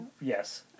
Yes